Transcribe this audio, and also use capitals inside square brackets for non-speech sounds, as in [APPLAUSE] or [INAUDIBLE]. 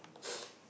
[NOISE]